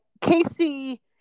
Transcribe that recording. Casey